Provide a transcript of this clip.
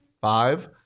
five